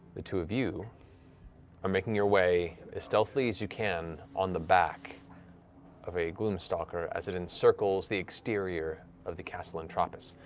the two of you are making your way, as stealthily as you can, on the back of a gloom stalker as it encircles the exterior of the castle entropis.